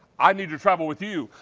i need to travel with you,